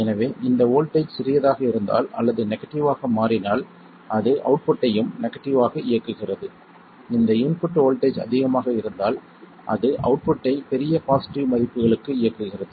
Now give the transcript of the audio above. எனவே இந்த வோல்ட்டேஜ் சிறியதாக இருந்தால் அல்லது நெகடிவ் ஆக மாறினால் அது அவுட்புட்டையும் நெகடிவ் ஆக இயக்குகிறது இந்த இன்புட் வோல்ட்டேஜ் அதிகமாக இருந்தால் அது அவுட்புட்டை பெரிய பாசிட்டிவ் மதிப்புகளுக்கு இயக்குகிறது